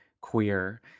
queer